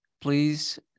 please